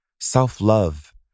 self-love